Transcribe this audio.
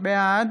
בעד